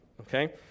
okay